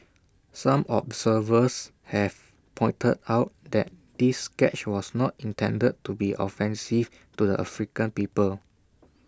some observers have pointed out that this sketch was not intended to be offensive to the African people